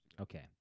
Okay